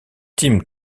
tim